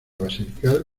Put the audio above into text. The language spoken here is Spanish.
basilical